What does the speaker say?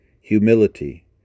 humility